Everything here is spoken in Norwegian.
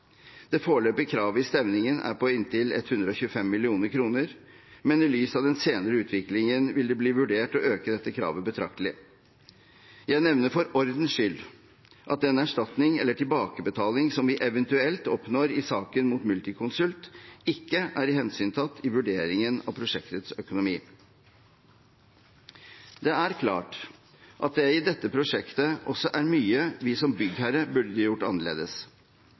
Det foreløpige kravet i stevningen er på inntil 125 mill. kr, men i lys av den senere utviklingen vil det bli vurdert å øke dette kravet betraktelig. Jeg nevner for ordens skyld at den erstatning eller tilbakebetaling som vi eventuelt oppnår i saken mot Multiconsult, ikke er hensyntatt i vurderingen av prosjektets økonomi. Det er klart at det i dette prosjektet også er mye vi som byggherre burde gjort annerledes.